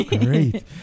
great